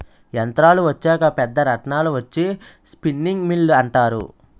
యంత్రాలు వచ్చాక పెద్ద రాట్నాలు వచ్చి స్పిన్నింగ్ మిల్లు అంటారు